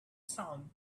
sound